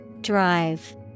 Drive